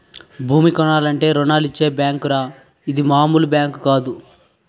భూమి కొనాలంటే రుణాలిచ్చే బేంకురా ఇది మాములు బేంకు కాదు